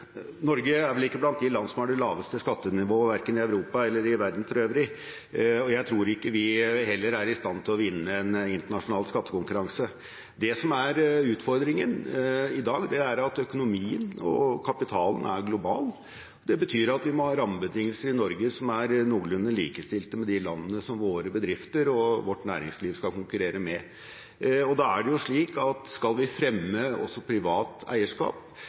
Norge er vel ikke blant de land som har det laveste skattenivået verken i Europa eller i verden for øvrig, og jeg tror heller ikke vi er i stand til å vinne en internasjonal skattekonkurranse. Det som er utfordringen i dag, er at økonomien og kapitalen er global. Det betyr at vi må ha rammebetingelser i Norge som er noenlunde likestilte med rammebetingelsene i de landene som våre bedrifter og vårt næringsliv skal konkurrere med. Da er det slik at skal vi fremme også privat eierskap,